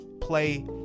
play